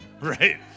right